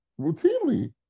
Routinely